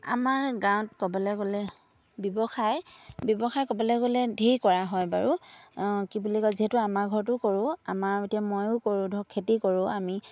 আমাৰ গাঁৱত ক'বলৈ গ'লে ব্যৱসায় ব্যৱসায় ক'বলৈ গ'লে ঢেৰ কৰা হয় বাৰু কি বুলি কয় যিহেতু আমাৰ ঘৰতো কৰোঁ আমাৰ এতিয়া ময়ো কৰোঁ ধৰক খেতি কৰোঁ আমি